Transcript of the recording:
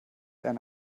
eine